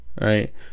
Right